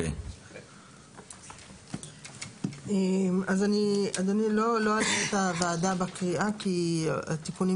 אני לא אלאה את הוועדה בקריאה, כי התיקונים